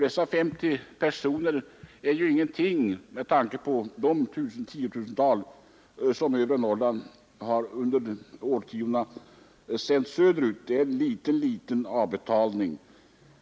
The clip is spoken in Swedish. Dessa 50 personer är ju ingenting med tanke på de tiotusental som övre Norrland under årtionden har sänt söderut. Det är en liten, liten avbetalning.